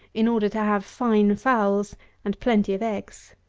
in order to have fine fowls and plenty of eggs.